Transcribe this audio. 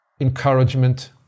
encouragement